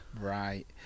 Right